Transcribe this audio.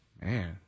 Man